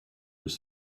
with